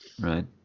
Right